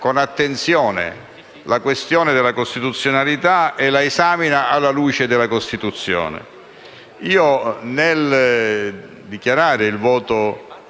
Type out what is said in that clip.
con attenzione la questione della costituzionalità e la esamina alla luce della Costituzione.